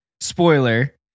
spoiler